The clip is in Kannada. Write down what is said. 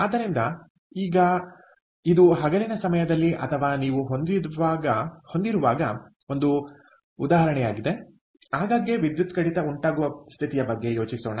ಆದ್ದರಿಂದ ಈಗ ಇದು ಹಗಲಿನ ಸಮಯದಲ್ಲಿ ಅಥವಾ ನೀವು ಹೊಂದಿರುವಾಗ ಒಂದು ಉದಾಹರಣೆಯಾಗಿದೆ ಆಗಾಗ್ಗೆ ವಿದ್ಯುತ್ ಕಡಿತ ಉಂಟಾಗುವ ಪರಿಸ್ಥಿತಿಯ ಬಗ್ಗೆ ಯೋಚಿಸೋಣ